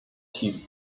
team